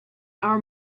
our